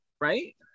Right